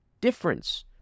difference